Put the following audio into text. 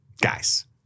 Guys